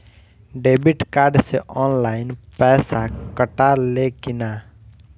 Debit card से online पैसा कटा ले कि ना?